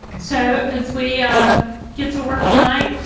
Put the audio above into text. so it's we ah get to work tonight.